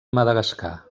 madagascar